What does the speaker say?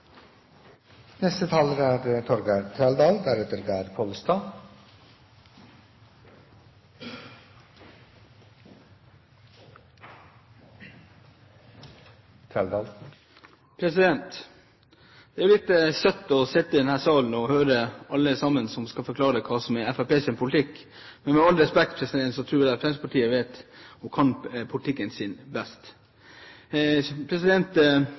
Det er litt søtt å sitte i denne salen og høre alle som skal forklare hva som er Fremskrittspartiets politikk. Men med all respekt: Jeg tror Fremskrittspartiet kan – og kjenner – politikken sin best.